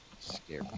scary